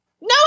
No